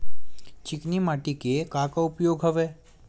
चिकनी माटी के का का उपयोग हवय?